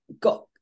got